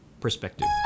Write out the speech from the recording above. perspective